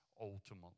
ultimately